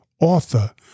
author